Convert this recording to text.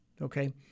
okay